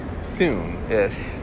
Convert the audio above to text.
soon-ish